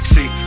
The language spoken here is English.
See